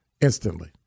instantly